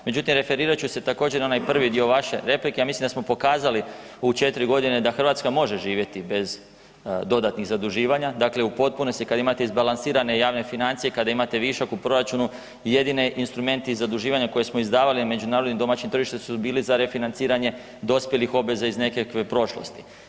Međutim referirat ću se također na onaj prvi dio vaše replike, ja mislim da smo pokazali u 4 godine da Hrvatska može živjeti bez dodatnih zaduživanja, dakle u potpunosti kada imate izbalansirane javne financije, kada imate višak u proračunu jedini instrumenti zaduživanja koja smo izdavali međunarodnim domaćim tržištem su bili za refinanciranje dospjelih obveza iz nekakve prošlosti.